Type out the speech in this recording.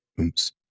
Oops